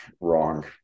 wrong